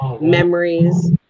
memories